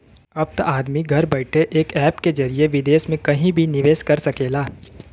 अब त आदमी घर बइठे एक ऐप के जरिए विदेस मे कहिं भी निवेस कर सकेला